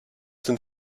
sind